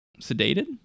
sedated